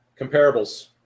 Comparables